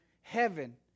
heaven